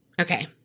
Okay